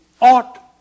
ought